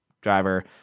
driver